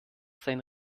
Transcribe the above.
sein